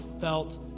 felt